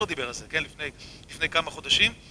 דיבר על זה, כן? לפני, לפני כמה חודשים